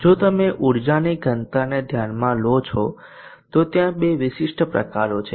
જો તમે ઉર્જાની ઘનતાને ધ્યાનમાં લો છો તો ત્યાં બે વિશિષ્ટ પ્રકારો છે